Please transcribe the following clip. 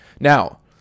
now